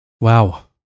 Wow